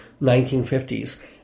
1950s